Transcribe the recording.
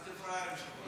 מה זה פראיירים שלך?